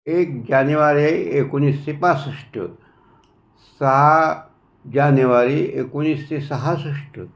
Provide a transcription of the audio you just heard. एक जानेवारी एकोणिसशे पासष्ट सहा जानेवारी एकोणिसशे सहासष्ठ